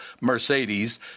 Mercedes